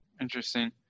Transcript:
Interesting